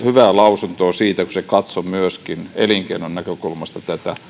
hyvää lausuntoa siinä kun se katsoi myöskin elinkeinon näkökulmasta tätä